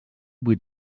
vuit